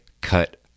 cut